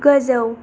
गोजौ